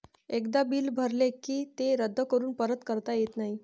एकदा बिल भरले की ते रद्द करून परत करता येत नाही